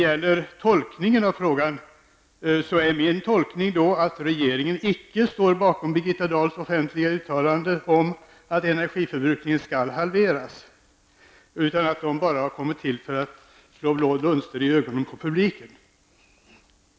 Min tolkning av svaret på första frågan är då att regeringen icke står bakom Birgitta Dahls offentliga uttalanden om att energiförbrukningen skall halveras, utan att de har kommit till bara för att slå blå dunster i ögonen på publiken.